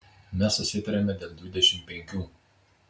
mes susitarėme dėl dvidešimt penkių